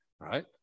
Right